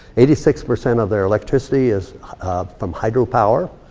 eighty six percent of their electricity is from hydropower.